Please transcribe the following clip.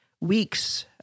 weeks